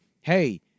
hey